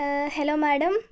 hello madam